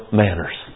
manners